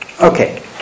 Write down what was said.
Okay